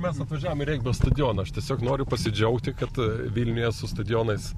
mes atvažiavom į regbio stadioną aš tiesiog noriu pasidžiaugti kad vilniuje su stadionais